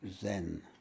Zen